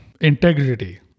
Integrity